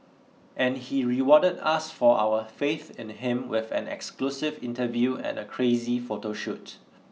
and he rewarded us for our faith in him with an exclusive interview and a crazy photo shoot